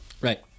right